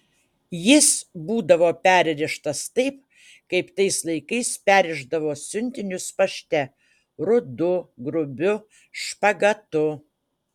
jis būdavo perrištas taip kaip tais laikais perrišdavo siuntinius pašte rudu grubiu špagatu